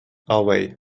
away